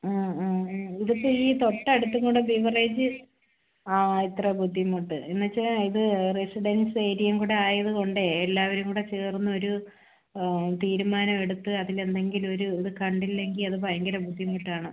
ഇതിപ്പോൾ ഈ തൊട്ടടുത്തും കൂടെ ബിവറേജ് ആ ഇത്ര ബുദ്ധിമുട്ട് എന്ന് വെച്ചാൽ ഇത് റെസിഡൻസ് ഏരിയയും കൂടെ ആയതുകൊണ്ടേ എല്ലാവരും കൂടെ ചേർന്ന് ഒരു തീരുമാനം എടുത്ത് അതിന് എന്തെങ്കിലും ഒരു ഇത് കണ്ടില്ലെങ്കിൽ അത് ഭയങ്കര ബുദ്ധിമുട്ടാണ്